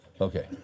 okay